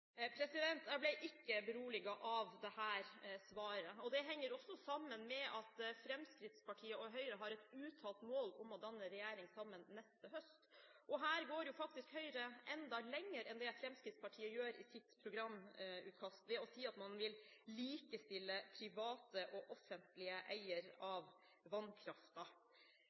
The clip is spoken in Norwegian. Jeg ble ikke beroliget av dette svaret. Det henger også sammen med at Fremskrittspartiet og Høyre har et uttalt mål om å danne regjering sammen neste høst. Her går jo faktisk Høyre enda lenger enn det Fremskrittspartiet gjør i sitt programutkast, ved å si at man vil likestille private og offentlige eiere av